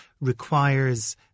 requires